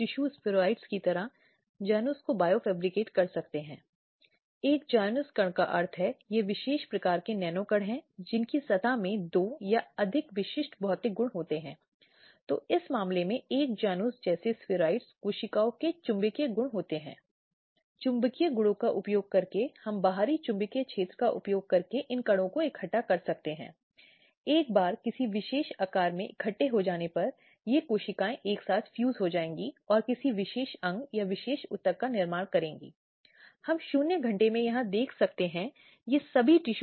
तो इस सवाल का उत्तर दिया जाना है कि क्या यह केवल पुरुष सदस्यों या महिला सदस्यों के खिलाफ है अब शुरू में समझ थी कि यह देखा जाता है कि कई मामले ऐसे हैं जैसे कि मीना कुरैशी अजय कांत बनाम अलका शर्मा रेणुका बनाम मोनो रेड्डी इत्यादि इन महिला सदस्यों को इस दृष्टिकोण से बाहर रखा गया है कि घरेलू हिंसा विशेष रूप से महिलाओं के कारण और हितों की रक्षा के लिए बनाई गई है और इसलिए एक महिला को दूसरी महिलाओं के खिलाफ घरेलू हिंसा का मामला लाने की अनुमति नहीं दी जानी चाहिए